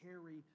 carry